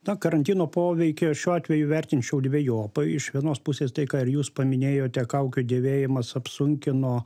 tą karantino poveikį šiuo atveju vertinčiau dvejopai iš vienos pusės tai ką ir jūs paminėjote kaukių dėvėjimas apsunkino